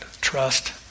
trust